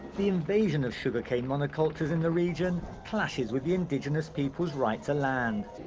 the invasion of sugar cane on the cultures in the region clashes with the indigenous people's right to land.